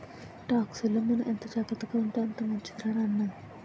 టాక్సుల్లో మనం ఎంత జాగ్రత్తగా ఉంటే అంత మంచిదిరా నాన్న